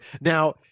Now